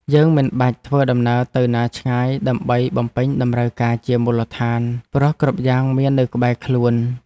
យើងមិនបាច់ធ្វើដំណើរទៅណាឆ្ងាយដើម្បីបំពេញតម្រូវការជាមូលដ្ឋាន ព្រោះគ្រប់យ៉ាងមាននៅក្បែរខ្លួន។